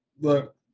look